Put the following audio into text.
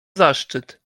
zaszczyt